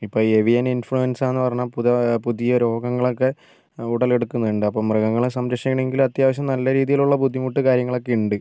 ഇപ്പോൾ avian influenza എന്നു പറഞ്ഞ പുതിയ രോഗങ്ങളൊക്കെ ഉടലെടുക്കുന്നുണ്ട് അപ്പോൾ മൃഗങ്ങളെ സംരക്ഷിക്കണമെങ്കിൽ അത്യാവശ്യം നല്ല രീതിയിലുള്ള ബുദ്ധിമുട്ട് കാര്യങ്ങളൊക്കെ ഉണ്ട്